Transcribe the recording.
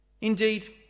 Indeed